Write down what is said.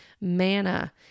manna